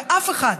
אף אחד,